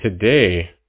today